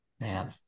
Man